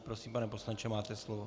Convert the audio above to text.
Prosím, pane poslanče, máte slovo.